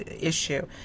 issue